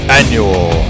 annual